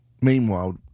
Meanwhile